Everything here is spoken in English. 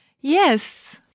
Yes